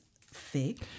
fake